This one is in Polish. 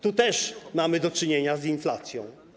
Tu też mamy do czynienia z inflacją.